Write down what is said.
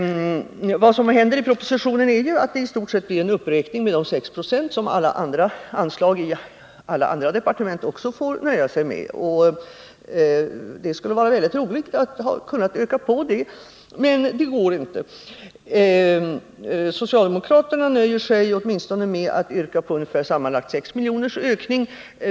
Vad som görs i propositionen är ju i stort sett en uppräkning med de 6 90 av anslagen som också alla andra departement får nöja sig med. Det skulle vara roligt att ha kunnat öka på det, men det går inte. Socialdemokraterna nöjer sig åtminstone med att yrka på en ökning med ungefär sammanlagt 6 milj.kr.